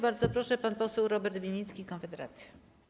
Bardzo proszę, pan poseł Robert Winnicki, Konfederacja.